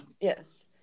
Yes